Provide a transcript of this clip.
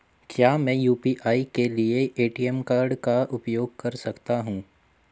क्या मैं यू.पी.आई के लिए ए.टी.एम कार्ड का उपयोग कर सकता हूँ?